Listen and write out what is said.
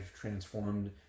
transformed